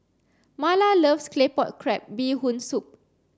Marla loves Claypot Crab Bee Hoon soup